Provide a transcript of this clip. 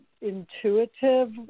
intuitive